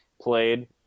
played